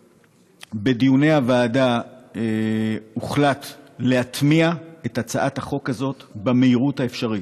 בדיוני הוועדה הוחלט להטמיע את הצעת החוק הזאת במהירות האפשרית,